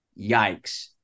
Yikes